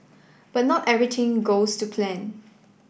but not everything goes to plan